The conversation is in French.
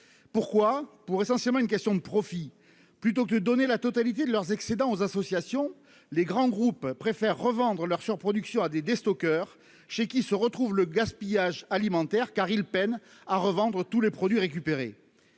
pourquoi pour essentiellement une question de profit plutôt que de donner la totalité de leurs excédents aux associations, les grands groupes préfèrent revendre leur surproduction à des des Stocker, chez qui se retrouvent le gaspillage alimentaire car ils peinent à revendre, tous les produits récupérés,